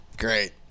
great